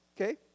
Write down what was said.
Okay